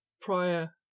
prior